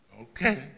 Okay